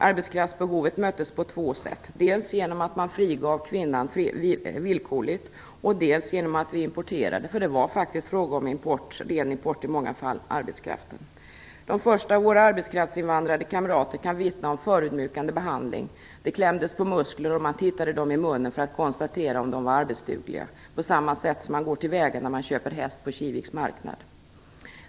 Arbetskraftsbehovet möttes på två sätt: dels genom att kvinnan frigavs villkorligt, dels genom att vi importerade - i många fall var det faktiskt fråga om ren import - arbetskraft. De första av våra arbetskraftsinvandrade kamrater kan vittna om förödmjukande behandling - det klämdes på muskler och man tittade dem i munnen för att konstatera om de var arbetsdugliga eller inte. På samma sätt går man till väga när man köper en häst på Kiviks marknad.